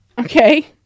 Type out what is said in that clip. Okay